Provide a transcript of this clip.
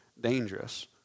dangerous